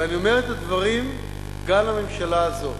ואני אומר את הדברים גם לממשלה הזאת.